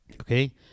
Okay